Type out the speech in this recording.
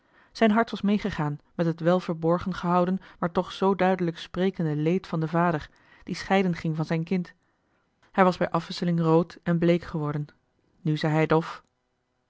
zijn hart was meegegaan met het wel verborgen gehouden maar toch zoo duidelijk sprekende leed van den vader die scheiden ging van zijn kind hij was bij afwisseling rood en bleek geworden nu zei hij dof